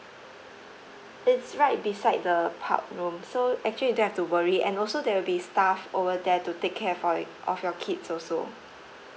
it's right beside the pub room so actually you don't have to worry and also there will be staff over there to take care for of your kids also